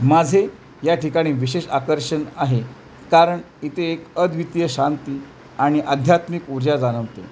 माझे या ठिकाणी विशेष आकर्षण आहे कारण इथे एक अद्वितीय शांती आणि आध्यात्मिक ऊर्जा जाणवते